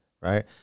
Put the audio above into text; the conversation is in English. right